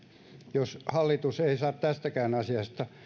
jos hallitus ei saa tästäkään asiasta